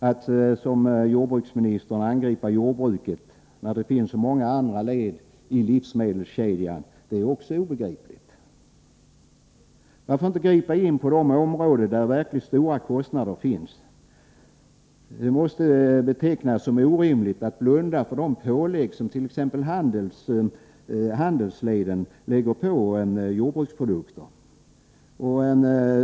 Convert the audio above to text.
Att, som jordbruksmininstern gör, angripa jordbruket när det finns så många andra led i livsmedelskedjan är också obegripligt. Varför inte gripa in på de områden där det finns verkligt stora kostnader? Det måste betecknas som orimligt att blunda för de pålägg som t.ex. handelsleden lägger på jordbrukets produkter.